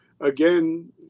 again